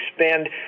spend